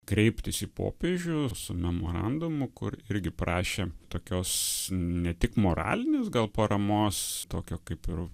kreiptis į popiežių su memorandumu kur irgi prašė tokios ne tik moralinės gal paramos tokio kaip ir